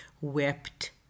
wept